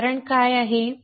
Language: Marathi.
उदाहरण काय आहे